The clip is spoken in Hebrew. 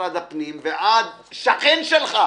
משרד הפנים, ועד השכן שלך,